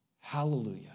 Hallelujah